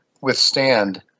withstand